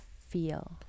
feel